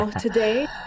Today